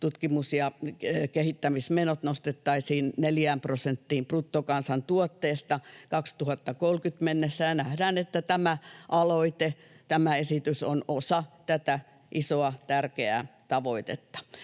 tutkimus- ja kehittämismenot nostettaisiin neljään prosenttiin bruttokansantuotteesta vuoteen 2030 mennessä, ja nähdään, että tämä aloite, tämä esitys, on osa tätä isoa, tärkeää tavoitetta.